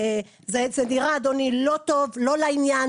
זה נראה לא טוב, לא לעניין.